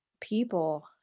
people